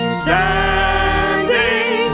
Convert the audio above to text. standing